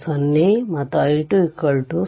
0 ಮತ್ತು i20